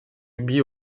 rugby